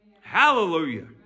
Hallelujah